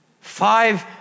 Five